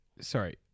sorry